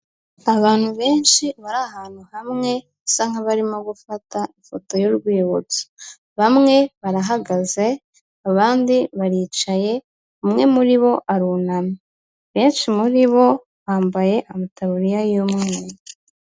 Abantu benshi bari ahantu hamwe, basa nk'abarimo gufata ifoto y'urwibutso, bamwe barahagaze abandi baricaye, umwe muri bo arunamye, benshi muri bo bambaye amataburiya y'umweru.